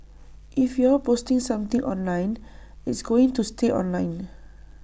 if you're posting something online it's going to stay online